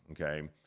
okay